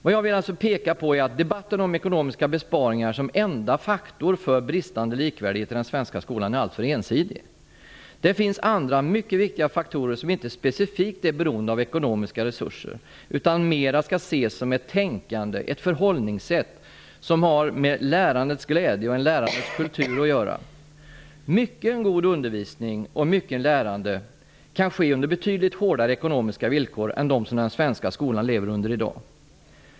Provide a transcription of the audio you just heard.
Vad jag vill peka på är att debatten om ekonomiska besparingar som enda faktor för bristande likvärdighet i den svenska skolan är alltför ensidig. Det finns andra mycket viktiga faktorer som inte specifikt är beroende av ekonomiska resurser. De skall mera ses som ett tänkande, ett förhållningssätt som har med lärandets glädje och kultur att göra. Mycken god undervisning och mycket lärande kan ske under betydligt hårdare ekonomiska villkor än dem som den svenska skolan lever under i dag.